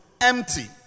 empty